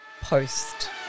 post